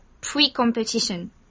pre-competition